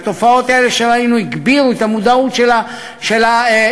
והתופעות האלה שראינו שהגבירו את המודעות של האזרחים,